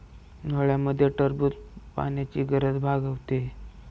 उन्हाळ्यामध्ये टरबूज पाण्याची गरज भागवते